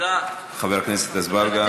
חבר הכנסת אזברגה,